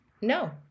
no